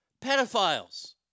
pedophiles